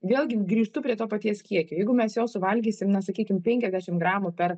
vėlgi grįžtu prie to paties kiekio jeigu mes jo suvalgysim na sakykim penkiasdešim gramų per